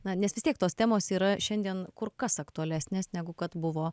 na nes vis tiek tos temos yra šiandien kur kas aktualesnės negu kad buvo